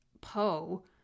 Poe